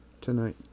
tonight